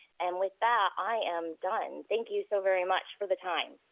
and with that, i am done. thank you so very much for the time.